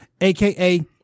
aka